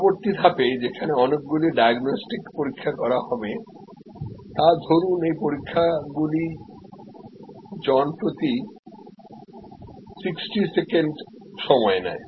পরবর্তী ধাপে যেখানে অনেকগুলি ডায়াগনস্টিক পরীক্ষা করা হবে তা ধরুন এই পরীক্ষাগগুলি জনপ্রতি 60 সেকেন্ড সময় নেয়